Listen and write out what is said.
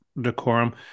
decorum